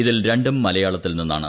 ഇതിൽ രണ്ടും മലയാളത്തിൽ നിന്നാണ്